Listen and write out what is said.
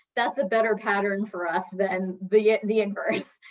that's a better pattern for us than the yeah the inverse.